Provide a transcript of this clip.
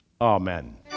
Amen